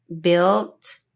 built